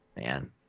Man